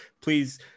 please